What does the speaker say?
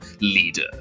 leader